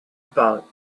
about